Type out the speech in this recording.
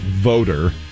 voter